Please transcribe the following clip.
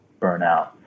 burnout